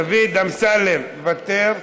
אמסלם, מוותר,